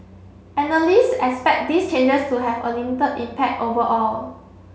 analyst expect these changes to have a limited impact overall